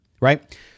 right